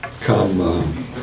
come